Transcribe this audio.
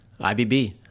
IBB